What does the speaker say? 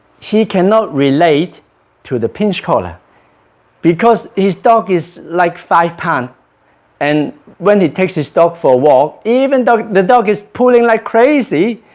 she cannot relate to the pinch collar because this dog is like five pounds and when he takes this dog for a walk, even though the dog is pulling like crazy